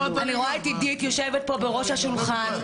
אני רואה את עידית יושבת פה בראש השולחן,